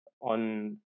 on